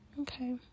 Okay